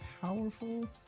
powerful